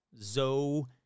Zo